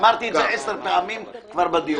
אמרתי את זה כבר עשר פעמים בדיון הזה.